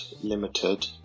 limited